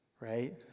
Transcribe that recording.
right